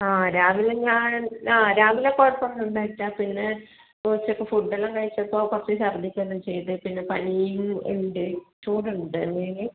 ആ രാവിലെ ഞാൻ ആ രാവിലെ കുഴപ്പമൊന്നുമുണ്ടായിട്ടില്ല പിന്നെ ഇപ്പോൾ ഉച്ചക്ക്ക ഫുഡ് എല്ലാം കഴിച്ചപ്പോൾ കുറച്ച് ഛർദ്ദിക്കുകയെല്ലാം ചെയ്തു പിന്നെ പനിയും ഉണ്ട് ചൂടുണ്ട് മെയിൻ